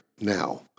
now